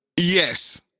Yes